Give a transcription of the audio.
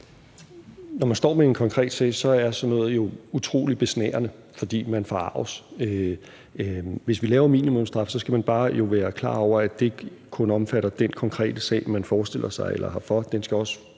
Når man står med en konkret sag, er sådan noget jo utrolig besnærende, fordi man forarges. Hvis man laver en minimumsstraf, skal man jo bare være klar over, at det ikke kun omfatter den konkrete sag, som man forestiller sig eller har for,